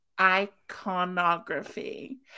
iconography